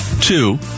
two